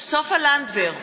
סופה לנדבר,